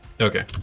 Okay